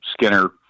skinner